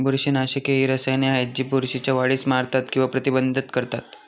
बुरशीनाशके ही रसायने आहेत जी बुरशीच्या वाढीस मारतात किंवा प्रतिबंधित करतात